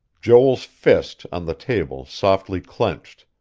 joel's fist, on the table, softly clenched.